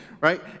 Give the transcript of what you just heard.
right